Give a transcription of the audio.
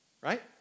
right